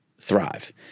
thrive